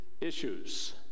issues